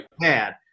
bad